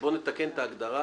בואו נתקן את ההגדרה,